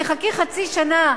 תחכי חצי שנה.